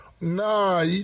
Nah